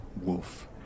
wolf